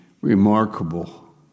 remarkable